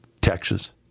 Texas